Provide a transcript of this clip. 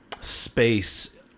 space